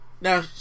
now